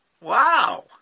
Wow